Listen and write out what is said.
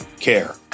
care